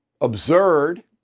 absurd